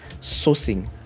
sourcing